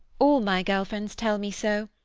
all my girl-friends tell me so.